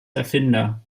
erfinder